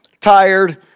tired